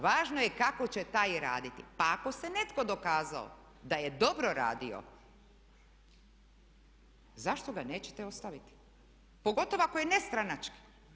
Važno je kako će taj raditi, pa ako se netko dokazao da je dobro radio zašto ga nećete ostaviti pogotovo ako je nestranački.